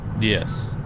Yes